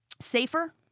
safer